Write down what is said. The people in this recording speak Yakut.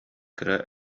кыра